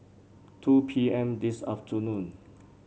two P M this afternoon